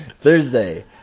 Thursday